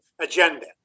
agenda